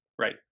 right